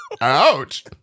Ouch